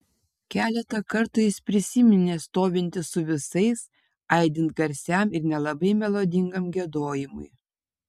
keletą kartų jis prisiminė stovintis su visais aidint garsiam ir nelabai melodingam giedojimui